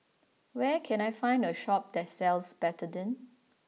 where can I find a shop that sells Betadine